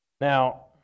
Now